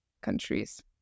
countries